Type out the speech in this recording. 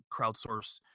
crowdsource